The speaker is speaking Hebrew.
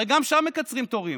הרי גם שם מקצרים תורים.